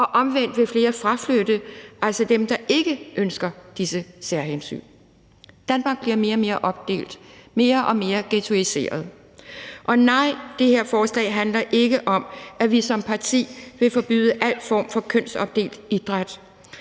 og omvendt vil flere fraflytte, altså dem, der ikke ønsker disse særhensyn. Danmark bliver mere og mere opdelt, mere og mere ghettoiseret. Og nej, det her forslag handler ikke om, at vi som parti vil forbyde al form for kønsopdelt idræt.